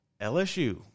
LSU